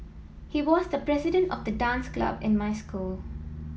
he was the president of the dance club in my school